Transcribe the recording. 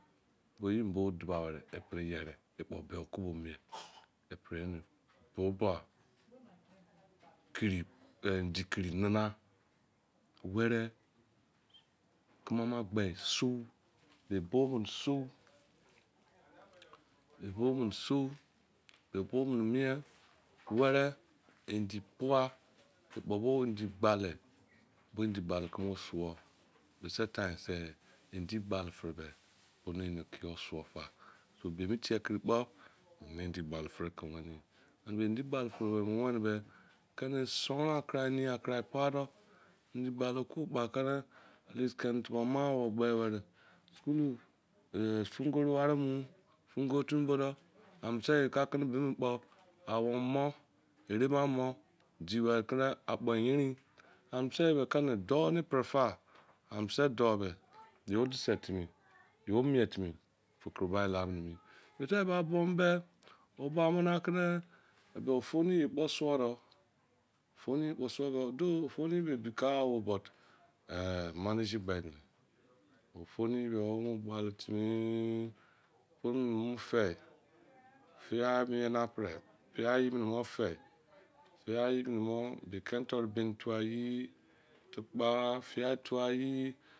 Beh eyimin bo duba weri epri yeri ekpo be okubo mie epeimi endi kiri nana weri keme ama gbe sou be bou nere sou be bou mene mei endi pua ekpo bo endi gbali bo endi gbali keme osuo bise time seh be endi gbali fere be bone ene kio suo fa so bemi tie kiri kpo emeni endi gbali fere ke weniei anie beh endi gbali fere be emu weni beh keni sonra kurai neingha kurai pua doh endi gbali okubo kpo akene at least keni tubo ma awou wari omu fun gov timi bo duo and bise ye kakine bemi kpo a wou mini mou erema mou diweri kene akpo be eyerein ane biseye be keni dou ne epiri fah ane bise dou be yo edise timi yo mie timi fe koro bai la mininim, biseye ba buo mu beh oba mu nakene ofoni ye kpo suo doh ofoni ye kpo suo doh although ofono ye ebikagha oh but manage gbe mi, ofoni ye be emene ogbali timi food mine emu fei fiai mie na pere fiai yi mene emu fei fiai eyi mine mie be kenitoru beni tua eyi tukpa fiai tua eyi